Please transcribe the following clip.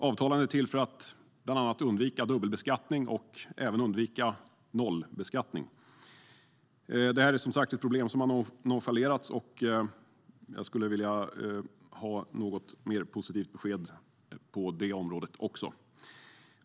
Avtalen är till för att bland annat undvika dubbelbeskattning och undvika nollbeskattning. Det här är som sagt ett problem som har nonchalerats. Jag skulle vilja ha något mer positivt besked på det området också.